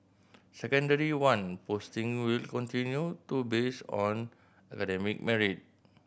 Secondary One postings will continue to based on academic merit